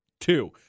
two